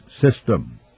system